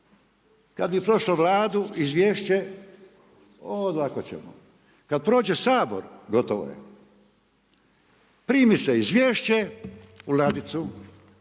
kad je prošla Vladu, izvješće, o lako ćemo. Kad prođe Sabor, gotovo je. Primi se izvješće u ladicu.